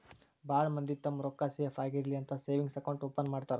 ಭಾಳ್ ಮಂದಿ ತಮ್ಮ್ ರೊಕ್ಕಾ ಸೇಫ್ ಆಗಿರ್ಲಿ ಅಂತ ಸೇವಿಂಗ್ಸ್ ಅಕೌಂಟ್ ಓಪನ್ ಮಾಡ್ತಾರಾ